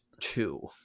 two